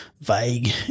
vague